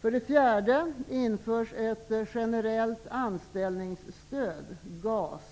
För det fjärde införs ett generellt anställningssstöd, GAS,